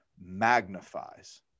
magnifies